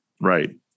Right